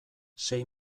sei